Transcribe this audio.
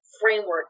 framework